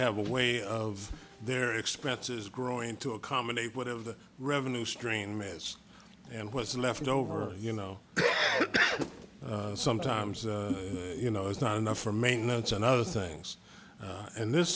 have a way of their expenses growing to accommodate whatever the revenue stream is and what's left over you know sometimes you know it's not enough for maintenance and other things and this